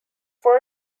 for